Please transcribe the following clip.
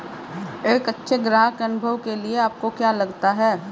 एक अच्छे ग्राहक अनुभव के लिए आपको क्या लगता है?